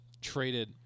traded